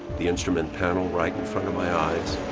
the instrument panel right in front of my eyes.